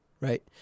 Right